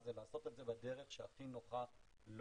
נפגעים,